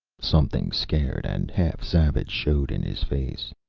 something scared and half-savage showed in his face.